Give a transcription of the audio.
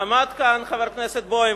עמד כאן חבר הכנסת בוים